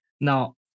Now